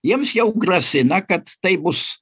jiems jau grasina kad tai bus